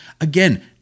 again